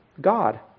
god